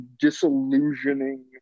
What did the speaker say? disillusioning